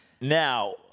Now